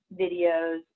videos